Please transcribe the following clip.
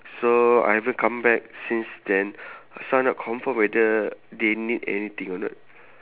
so I haven't come back since then so I'm not confirm whether they need anything or not